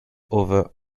over